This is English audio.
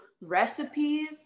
recipes